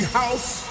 house